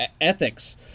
ethics